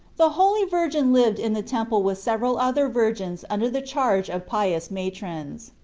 the holy virgin lived in the temple with several other virgins under the charge of pious matrons.